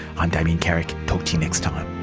i'm damien carrick talk to you next time